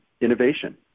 innovation